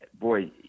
boy